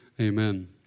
amen